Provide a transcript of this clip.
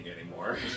anymore